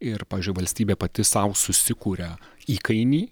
ir pavyzdžiui valstybė pati sau susikuria įkainį